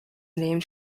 named